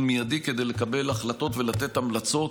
מיידי כדי לקבל החלטות ולתת המלצות,